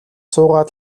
суугаад